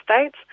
States